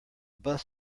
bus